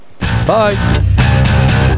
bye